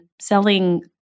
selling